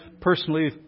personally